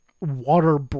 water